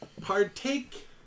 partake